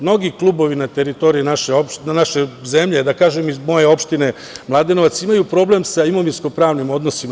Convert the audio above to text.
Mnogi klubovi na teritoriji naše zemlje, da kažem, i iz moje opštine Mladenovac, imaju problem sa imovinskopravnim odnosima.